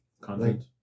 content